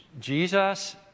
Jesus